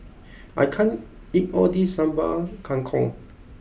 I can't eat all this Sambal Kangkong